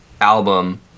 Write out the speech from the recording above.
album